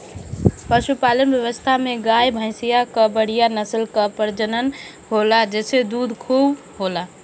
पशुपालन व्यवस्था में गाय, भइंस कअ बढ़िया नस्ल कअ प्रजनन होला से दूध खूबे होला